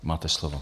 Máte slovo.